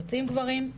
יוצאים גברים,